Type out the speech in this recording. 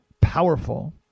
powerful